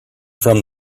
from